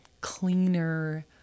cleaner